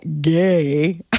gay